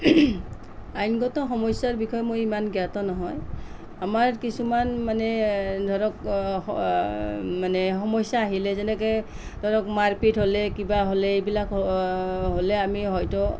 আইনগত সমস্যাৰ বিষয়ে মই ইমান জ্ঞাত নহয় আমাৰ কিছুমান মানে ধৰক মানে সমস্যা আহিলে যেনেকৈ ধৰক মাৰ পিট হ'লে কিবা হ'লে এইবিলাক হ'লে আমি হয়তো